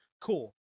cool